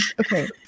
okay